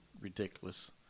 ridiculous